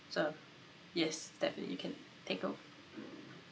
so yes definitely you can take o~